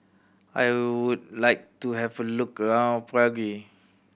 I would like to have a look around Prague